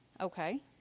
Okay